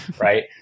right